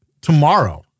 tomorrow